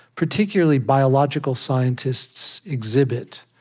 particularly biological, scientists exhibit.